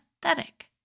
pathetic